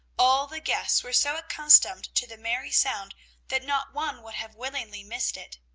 all the guests were so accustomed to the merry sound that not one would have willingly missed it.